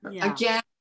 again